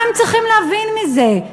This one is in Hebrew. מה הם צריכים להבין מזה?